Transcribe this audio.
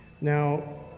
Now